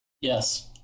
Yes